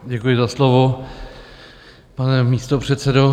Děkuji za slovo, pane místopředsedo.